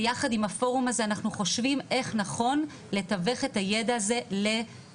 ויחד עם הפורום הזה אנחנו חושבים איך נכון לתווך את הידע הזה לתלמידים.